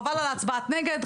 חבל על הצבעת נגד,